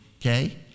okay